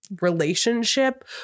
relationship